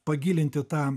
pagilinti tą